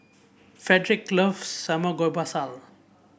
Fredrick loves Samgeyopsal